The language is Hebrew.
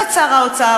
ואת שר האוצר,